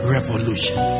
Revolution